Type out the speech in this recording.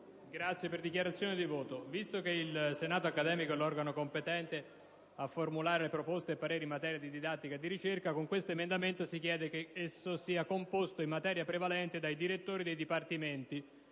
Signor Presidente, visto che il senato accademico è l'organo competente a formulare proposte e pareri in materia di didattica e di ricerca, con l'emendamento 2.319 si chiede che esso sia composto in materia prevalente dai direttori dei dipartimenti,